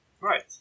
Right